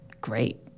great